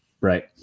Right